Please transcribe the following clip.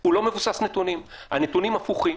היא לא מבוססת נתונים, הנתונים הפוכים.